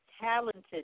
talented